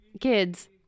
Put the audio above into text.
kids